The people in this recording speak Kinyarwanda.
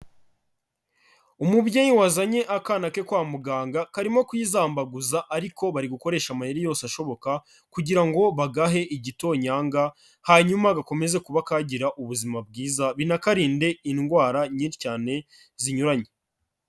Umubyeyi wazanye akana ke kwa muganga karimo kwizambaguza ariko bari gukoresha amayeri yose ashoboka kugira ngo bagahe igitonyanga, hanyuma gakomeze kuba kagira ubuzima bwiza, binakarinde indwara nyinshi cyane zinyuranye.